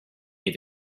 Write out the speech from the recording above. you